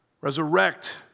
resurrect